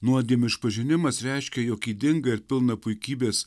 nuodėmių išpažinimas reiškia jog ydingą ir pilną puikybės